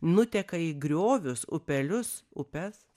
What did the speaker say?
nuteka į griovius upelius upes